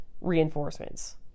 reinforcements